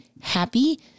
happy